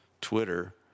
Twitter